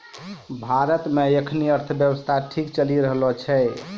भारत मे एखनी अर्थव्यवस्था ठीक चली रहलो छै